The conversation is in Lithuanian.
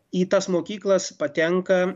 į tas mokyklas patenka